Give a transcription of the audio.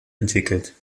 entwickelt